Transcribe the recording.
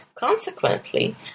Consequently